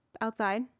outside